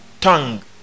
tongue